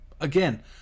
Again